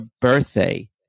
birthday